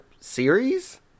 series